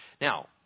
Now